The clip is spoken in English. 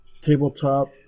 Tabletop